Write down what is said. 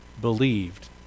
believed